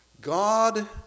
God